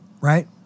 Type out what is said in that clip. Right